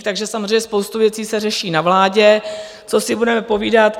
Takže samozřejmě spousta věcí se řeší na vládě, co si budeme povídat.